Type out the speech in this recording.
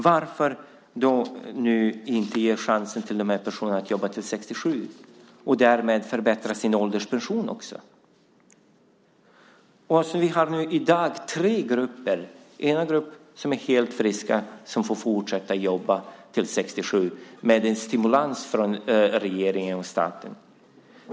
Varför då inte ge chansen till de här personerna att jobba till 67 - och därmed också förbättra sin ålderspension? Vi har i dag tre grupper. Den ena gruppen, de som är helt friska, får fortsätta jobba till 67 med en stimulans från regeringen och staten.